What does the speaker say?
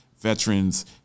veterans